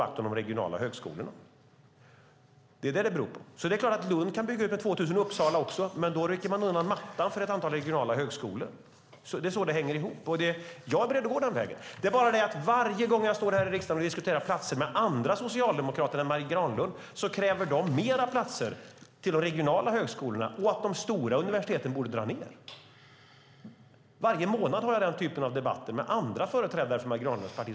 Det är klart att Lund och Uppsala kan bygga ut med 2 000 platser, men då rycker man undan mattan för ett antal regionala högskolor. Det är så det hänger ihop. Jag är beredd att gå den vägen. Det är bara det att varje gång jag står här i riksdagen och diskuterar antalet platser med andra socialdemokrater än Marie Granlund kräver de att de regionala högskolorna ska få fler platser och att de stora universiteten ska dra ned. Varje månad har jag den typen av debatter med andra företrädare för Marie Granlunds parti.